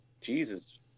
Jesus